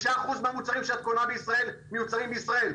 5% מהמוצרים שאת קונה בישראל מיוצרים בישראל.